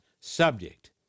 subject